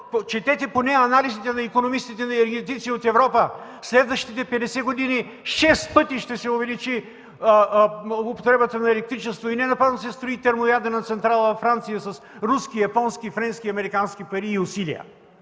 Четете поне анализите на икономистите, на енергетици от Европа! През следващите 50 години шест пъти ще се увеличи употребата на електричество! И ненапразно се строи термоядрена централа във Франция с руски, японски, френски и американски пари и усилия!